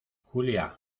julia